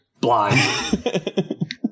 Blind